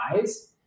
Eyes